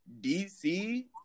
DC